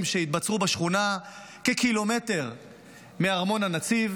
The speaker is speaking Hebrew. שהתבצרו בשכונה כקילומטר מארמון הנציב.